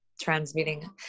transmitting